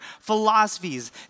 philosophies